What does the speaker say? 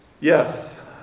Yes